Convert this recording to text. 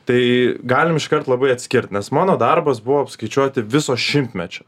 tai galim iškart labai atskirt nes mano darbas buvo apskaičiuoti viso šimtmečio